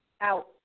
out